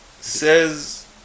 says